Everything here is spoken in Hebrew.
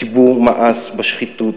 הציבור מאס בשחיתות